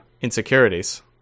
insecurities